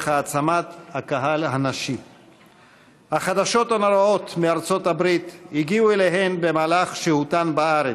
מסקנות ועדת הכלכלה בעקבות דיון מהיר בהצעתם של חברי הכנסת מיכל רוזין,